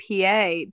PA